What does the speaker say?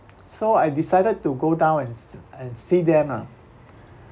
so I decided to go down and s~ and see them ah